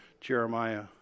Jeremiah